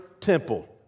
temple